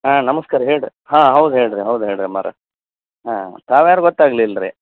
ಹಾಂ ನಮಸ್ಕಾರ ಹೇಳಿ ರೀ ಹಾಂ ಹೌದು ಹೇಳಿ ರೀ ಹೌದು ಹೇಳಿ ರೀ ಅಮ್ಮವ್ರೆ ಹಾಂ ತಾವು ಯಾರು ಗೊತ್ತಾಗ್ಲಿಲ್ಲ ರೀ